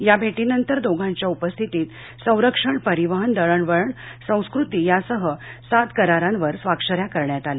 या भेटीनंतर दोघांच्या उपस्थितीत संरक्षण परिवहन दळण वळण संस्कृती यासह सात करारांवर स्वाक्षऱ्या करण्यात आल्या